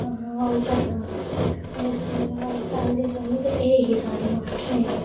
ओह् ते पैह्ली कमी साढ़ी एह् ही मास्टरें दी